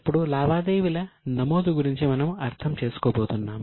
ఇప్పుడు లావాదేవీల నమోదు గురించి మనం అర్థం చేసుకోబోతున్నాము